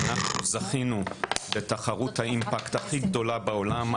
אנחנו זכינו בתחרות האימפקט הכי גדולה בעולם,